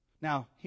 Now